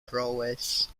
prowess